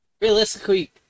realistically